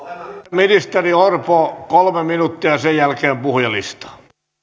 ministeri orpo kolme minuuttia ja sen jälkeen puhujalistaan